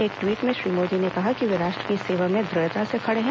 एक ट्वीट में श्री मोदी ने कहा कि वे राष्ट्र की सेवा में दुढ़ता से खड़े हैं